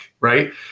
right